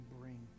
bring